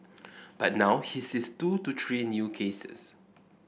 but now he sees two to three new cases